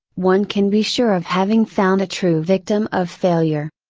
one can be sure of having found a true victim of failure.